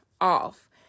off